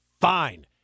Fine